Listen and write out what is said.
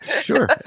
Sure